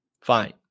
Fine